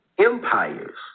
empires